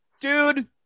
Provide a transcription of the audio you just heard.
dude